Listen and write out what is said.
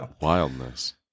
Wildness